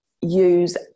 use